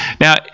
Now